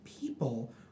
people